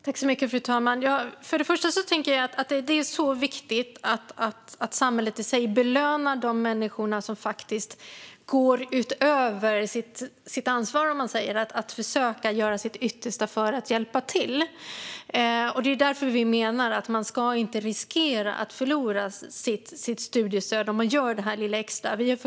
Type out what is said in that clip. Fru talman! Först och främst är det viktigt att samhället belönar de människor som går utöver sitt ansvar och försöker göra sitt yttersta för att hjälpa till. Det är därför vi menar att man inte ska riskera att förlora sitt studiestöd om man gör det där lilla extra.